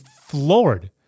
floored